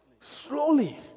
slowly